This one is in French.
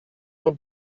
jean